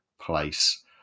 place